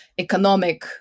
economic